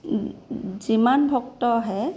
যিমান ভক্ত আহে